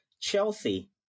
Chelsea